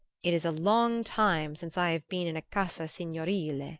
it is a long time since i have been in a casa signorile.